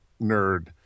nerd